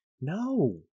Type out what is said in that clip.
no